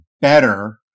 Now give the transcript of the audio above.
better